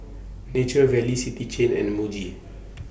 Nature Valley City Chain and Muji